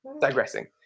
digressing